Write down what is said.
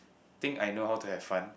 think I know how to have fun